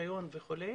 וניקיון וכו',